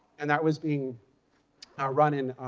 and that was being ah run in